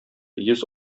йөз